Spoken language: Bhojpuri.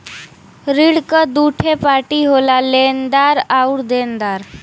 ऋण क दूठे पार्टी होला लेनदार आउर देनदार